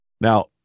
Now